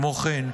כמו כן,